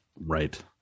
Right